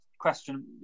question